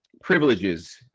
privileges